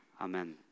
Amen